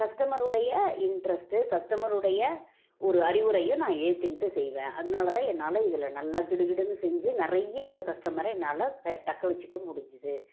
கஸ்டமருடைய interest கஸ்டமருடைய ஒரு அறிவுரையும் நான் ஏத்துக்கிட்டு செய்வேன் அதனால் தான் என்னால் இதில் நல்லா கிடுகிடுன்னு செஞ்சு நிறைய கஸ்டமரை என்னால் தக்கவச்சுக்க முடிஞ்சது